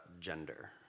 gender